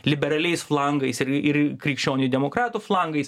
liberaliais flangais ir ir krikščionių demokratų flangais